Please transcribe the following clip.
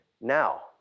Now